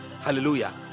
Hallelujah